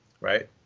right